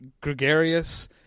gregarious